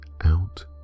out